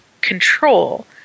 control